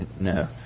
No